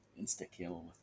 insta-kill